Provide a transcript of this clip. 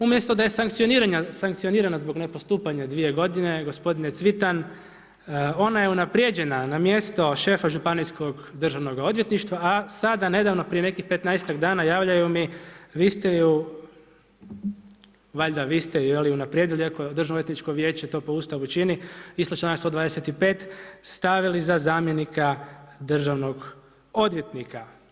Umjesto da je sankcionirana zbog nepostupanja 2 godine, gospodine Cvitan, ona je unaprijeđena na mjesto šefa županijskog Državnog odvjetništva a sada nedavno prije nekih petnaestak dana javljaju mi, vi ste ju, valjda vi ste ju, unaprijedili iako Državnoodvjetničko vijeće to po Ustavu čini, isto članak 25. stavili za zamjenika državnog odvjetnika.